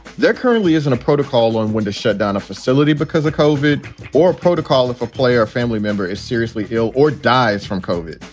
there currently isn't a protocol on when to shut down a facility because of kovik or protocol if a player or family member is seriously ill or dies from kovik.